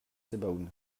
sebaoun